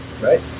Right